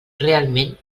realment